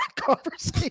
conversation